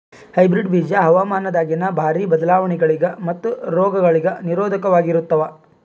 hybrid ಬೀಜ ಹವಾಮಾನದಾಗಿನ ಭಾರಿ ಬದಲಾವಣೆಗಳಿಗ ಮತ್ತು ರೋಗಗಳಿಗ ನಿರೋಧಕವಾಗಿರುತ್ತವ